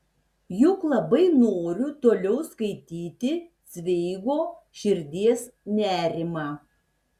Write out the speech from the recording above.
juk labai noriu toliau skaityti cveigo širdies nerimą